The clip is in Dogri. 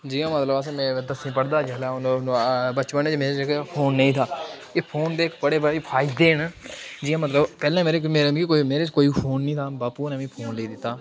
जि'यां मतलब अस दसमीं पढ़दा हा अ'ऊं बचपनै च मेरे क फोन नेईं हा एह् फोन दे बड़े हारे फायदे न जि'यां मतलब पैह्लें मेरे मतलब कश कोई फोन नेईं हा बापू होरें फोन लेई दित्ता